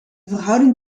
verhouding